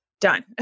Done